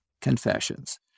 confessions